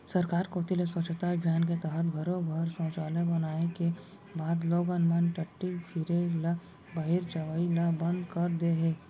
सरकार कोती ले स्वच्छता अभियान के तहत घरो घर म सौचालय बनाए के बाद लोगन मन टट्टी फिरे ल बाहिर जवई ल बंद कर दे हें